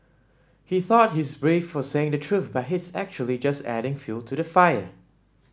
he thought he's brave for saying the truth but he's actually just adding fuel to the fire